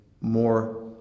more